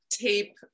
tape